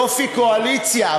יופי קואליציה,